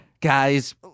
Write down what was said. Guys